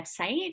website